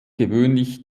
gewöhnlich